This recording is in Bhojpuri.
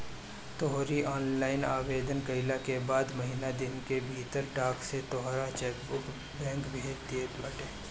तोहरी ऑनलाइन आवेदन कईला के बाद महिना दिन के भीतर डाक से तोहार चेकबुक बैंक भेज देत बाटे